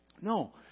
No